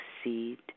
succeed